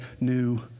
new